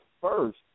first